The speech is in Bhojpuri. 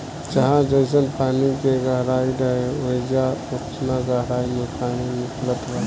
जहाँ जइसन पानी के गहराई रहे, ओइजा ओतना गहराई मे पानी निकलत बा